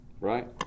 right